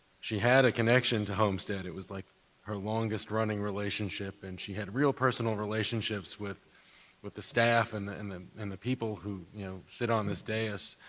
she had a connection to homestead. it was like her longest-running relationship, and she had real personal relationships with with the staff and and the and the people who, you know, sit on this dais,